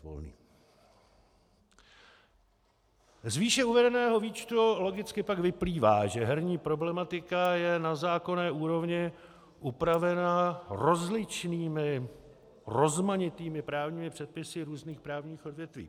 Z výše uvedeného výčtu logicky pak vyplývá, že herní problematika je na zákonné úrovni upravena rozličnými rozmanitými právními předpisy různých právních odvětví.